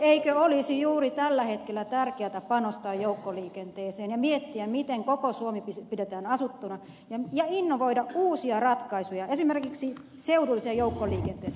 eikö olisi juuri tällä hetkellä tärkeätä panostaa joukkoliikenteeseen ja miettiä miten koko suomi pidetään asuttuna ja innovoida uusia ratkaisuja esimerkiksi seudulliseen joukkoliikenteeseen